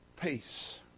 peace